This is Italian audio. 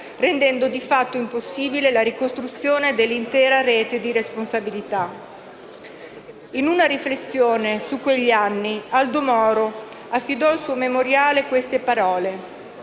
rendendo di fatto impossibile la ricostruzione dell'intera rete di responsabilità». In una riflessione su quegli anni, Aldo Moro affidò al suo Memoriale queste parole: